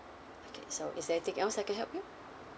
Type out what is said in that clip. okay so is there anything else I can help you